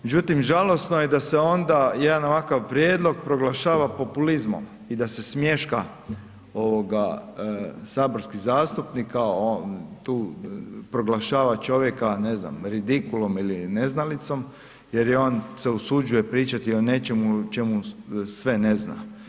Međutim, žalosno je da se onda jedan ovakav prijedlog proglašava populizmom i da se smješka saborski zastupnik, kao on tu proglašava čovjeka ne znam, redikulom ili neznalicom jer je on se usuđuje pričati o nečemu o čemu sve ne zna.